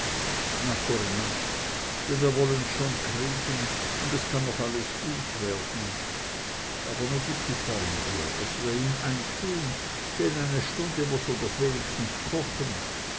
corinna denn wollen wir's schon kriegen un es kann noch alles gut werden aber nu gib die form her daß wir ihn eintun denn eine stunde muß er doch wenigstens kochen